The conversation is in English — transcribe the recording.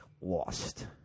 lost